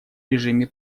режиме